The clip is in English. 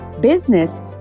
business